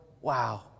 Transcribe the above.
Wow